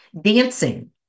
Dancing